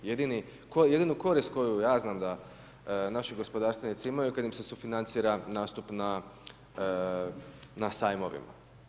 Jedinu korist koju ja znam da naši gospodarstvenici imaju, kada im se sufinancira nastup na sajmovima.